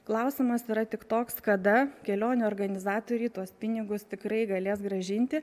klausimas yra tik toks kada kelionių organizatoriai tuos pinigus tikrai galės grąžinti